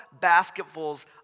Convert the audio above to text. basketfuls